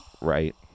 right